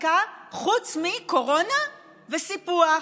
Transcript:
בחקיקה חוץ מקורונה וסיפוח.